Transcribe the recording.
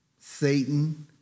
Satan